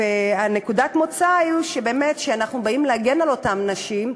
ונקודת המוצא היא שבאמת אנחנו באים להגן על אותן נשים,